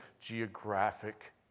geographic